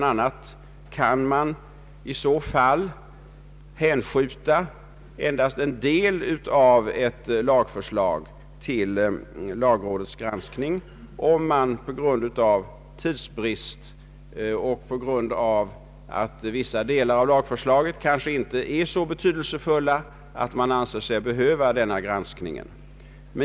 a. kan man hänskjuta endast en del av ett lagförslag till lagrådets granskning, om det är tidsbrist eller man på grund av att vissa delar i lagförslaget kanske inte är så betydelsefulla anser sig inte behöva denna granskning.